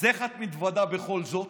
אז איך את מתוודה בכל זאת?